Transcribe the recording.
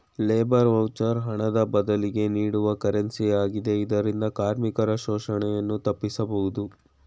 labour voucher ಹಣದ ಬದಲಿಗೆ ನೀಡುವ ಕರೆನ್ಸಿ ಆಗಿದೆ ಇದರಿಂದ ಕಾರ್ಮಿಕರ ಶೋಷಣೆಯನ್ನು ತಪ್ಪಿಸಬಹುದು